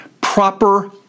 proper